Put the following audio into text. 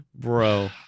Bro